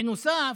בנוסף,